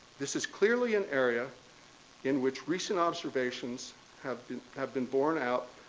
this is clearly an area in which recent observations have been have been born out